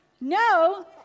No